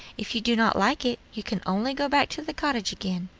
if you do not like it, you can only go back to the cottage again.